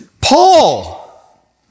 Paul